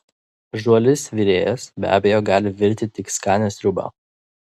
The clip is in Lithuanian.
žuolis virėjas be abejo gali virti tik skanią sriubą